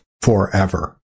forever